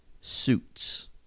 Suits